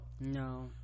no